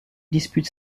dispute